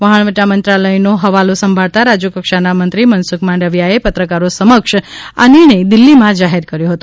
વહાણવટા મંત્રાલયનો હવાલો સંભાળતા રાજ્યકક્ષાના મંત્રી મનસુખ માંડવિયાએ પત્રકારો સમક્ષ આ નિર્ણય દિલ્હીમાં જાહેર કર્યો હતો